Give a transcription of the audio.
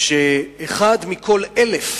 שאחד מכל 1,000